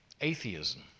atheism